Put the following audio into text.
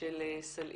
של "סלעית"